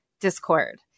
Discord